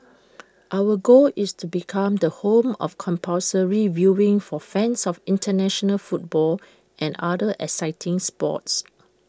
our goal is to become the home of compulsory viewing for fans of International football and other exciting sports